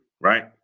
Right